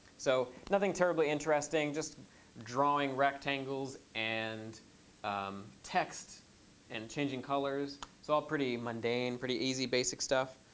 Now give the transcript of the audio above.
so nothing terribly interesting. just drawing rectangles and text and changing colors. so all pretty mundane, pretty easy basic stuff.